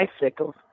bicycles